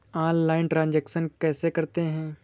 Online transaction कैसे करते हैं?